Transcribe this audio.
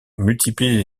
multiplie